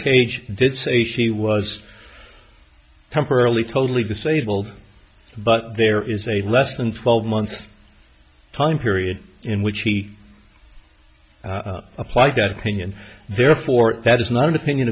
cage did say she was temporarily totally disabled but there is a less than twelve months time period in which she apply that opinion therefore that is not an opinion